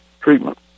treatment